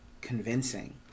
convincing